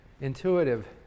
intuitive